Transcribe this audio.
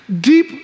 deep